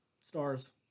stars